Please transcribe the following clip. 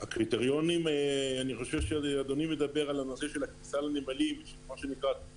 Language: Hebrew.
אני חושב שאדוני מדבר על התור התפעולי.